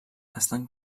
estan